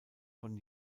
von